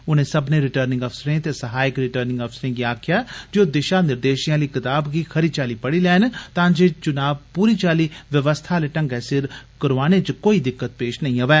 उनें सब्बनें रिटर्निंग अफसरें ते सहायक रिटर्निंग अफसरें गी आक्खेआ जे ओ दिशा निर्देशें आली कताब गी खरी चाल्ली पढ़ी लैन ता जे चुनां पूरी चाल्ली व्यवस्था आले ढंगै सिर करोआने च कोई दिक्कत पेश नेईं आवै